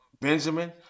Benjamin